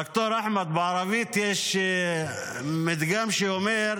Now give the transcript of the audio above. ד"ר אחמד, יש פתגם שאומר: